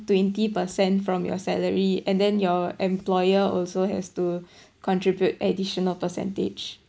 twenty percent from your salary and then your employer also has to contribute additional percentage